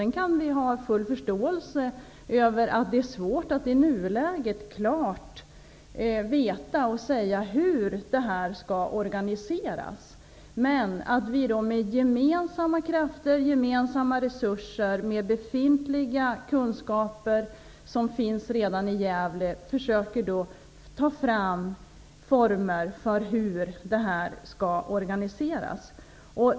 Vi kan ha full förståelse för att det är svårt att i nuläget klart veta hur det här skall organiseras. Men vi måste med gemensamma krafter, med gemensamma resurser och med de i Gävle befintliga kunskaperna försöka ta fram former för organisationen.